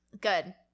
Good